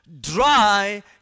Dry